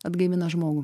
atgaivina žmogų